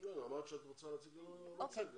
אמרת שאת רוצה להציג לנו מצגת.